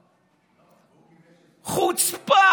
חוצפה.